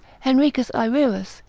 henricus ayrerus,